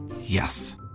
Yes